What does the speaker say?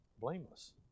blameless